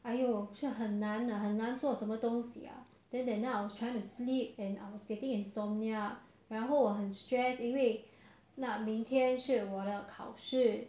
it depends actually I get rashes very easily but normally I